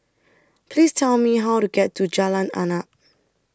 Please Tell Me How to get to Jalan Arnap